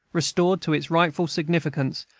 restored to its rightful significance,